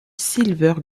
silver